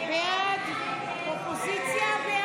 הסתייגות 2816 לא נתקבלה.